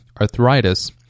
arthritis